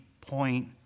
point